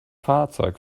fahrzeug